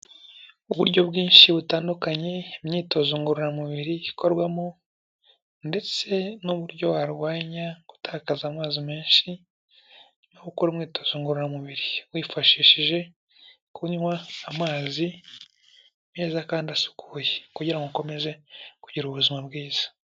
Uburyo bwinshi butandukanye imyitozo ngororamubiri ikorwamo ndetse n'uburyo warwanya gutakaza amazi menshi no gukora umwitozo ngororamubiri wifashishije kunywa amazi meza kandi asukuye kugira ngo ukomeze kugira ubuzima bwiza.